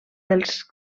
dels